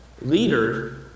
leader